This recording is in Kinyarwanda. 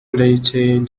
ndayirukiye